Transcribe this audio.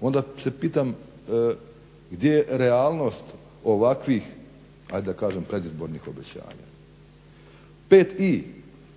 onda se pitam gdje je realnost ovakvih predizbornih obećanja. 5i